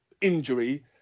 injury